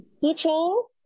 keychains